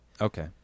okay